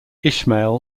ishmael